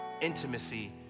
intimacy